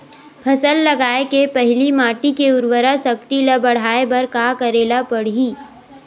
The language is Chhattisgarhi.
फसल लगाय के पहिली माटी के उरवरा शक्ति ल बढ़ाय बर का करेला पढ़ही?